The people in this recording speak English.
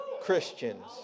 Christians